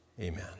Amen